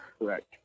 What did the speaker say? Correct